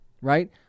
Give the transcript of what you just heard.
right